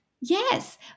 Yes